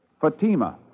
Fatima